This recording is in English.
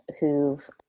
who've